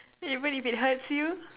even if it hurts you